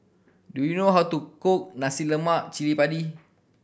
do you know how to cook nacy lemak cili padi